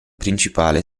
principale